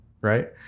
right